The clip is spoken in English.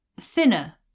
thinner